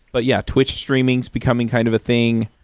but, yeah, twitch's streaming becoming kind of a thing.